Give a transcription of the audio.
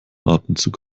atemzug